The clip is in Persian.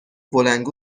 بلندگو